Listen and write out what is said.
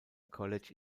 college